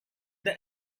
the